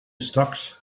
stocks